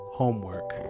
homework